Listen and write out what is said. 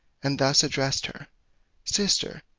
and thus addressed her sister,